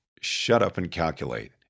shut-up-and-calculate